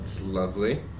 Lovely